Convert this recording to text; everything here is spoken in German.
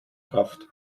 kraft